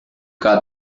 got